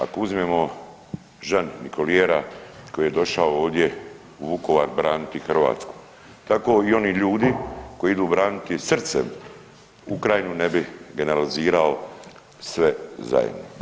Ako uzmemo Jean Nicoliera koji je došao ovdje u Vukovar braniti Hrvatsku, tako i oni ljudi koji idu braniti srcem Ukrajinu ne bih generalizirao sve zajedno.